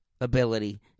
ability